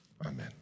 Amen